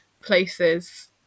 places